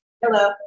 Hello